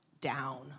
down